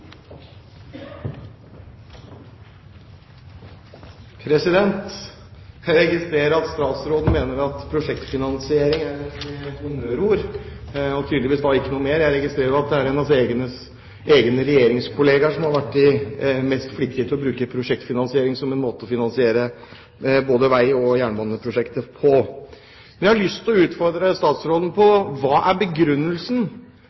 honnørord og tydeligvis ikke noe mer. Jeg registrerer at det er en av hennes egne regjeringskollegaer som har vært mest flittig til å bruke prosjektfinansiering som en måte å finansiere både vei- og jernbaneprosjekter på. Det jeg har lyst til å utfordre statsråden